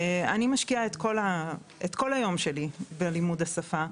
אני משקיעה את כל היום שלי בלימוד השפה,